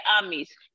armies